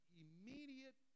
immediate